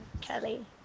Kelly